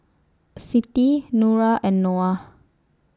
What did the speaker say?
Siti Nura and Noah